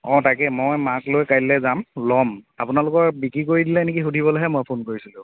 অ' তাকেই মই মাক লৈ কাইলৈ যাম লম আপোনালোকৰ বিক্ৰী কৰি দিলে নেকি সুধিবলৈহে মই ফোন কৰিছিলোঁ